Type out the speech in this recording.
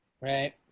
right